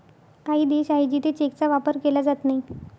काही देश आहे जिथे चेकचा वापर केला जात नाही